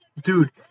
Dude